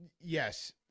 Yes